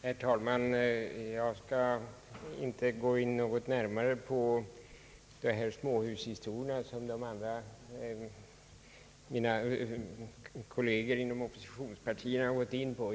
Herr talman! Jag skall inte gå in närmare på småhusfrågan, som mina kolleger inom oppositionen har berört.